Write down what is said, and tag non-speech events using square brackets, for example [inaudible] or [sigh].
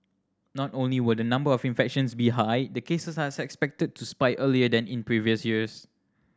not only will the number of infections be high the cases are [unintelligible] to spike earlier than in previous years